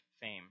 Fame